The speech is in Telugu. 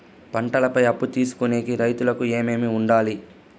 పంటల పై అప్పు తీసుకొనేకి రైతుకు ఏమేమి వుండాలి?